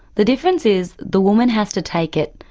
the difference is the woman has to take it,